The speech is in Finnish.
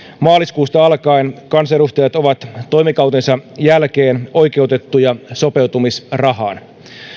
maaliskuusta alkaen kansanedustajat ovat toimikautensa jälkeen oikeutettuja sopeutumisrahaan